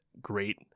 great